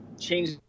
change